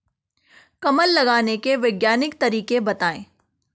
कमल लगाने के वैज्ञानिक तरीके बताएं?